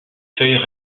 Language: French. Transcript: feuilles